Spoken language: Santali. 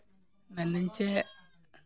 ᱢᱮᱱᱫᱟᱹᱧ ᱪᱮᱫ